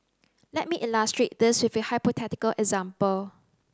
let me illustrate this with a hypothetical example